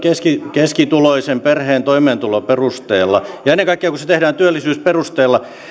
keskituloisen perheen toimeentulon perusteella ja ennen kaikkea kun se tehdään työllisyysperusteella